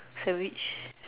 sandwich